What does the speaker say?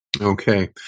Okay